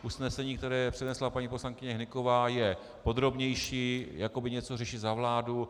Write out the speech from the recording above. Usnesení, které přednesla paní poslankyně Hnyková, je podrobnější, jakoby něco řeší za vládu.